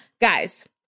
Guys